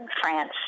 France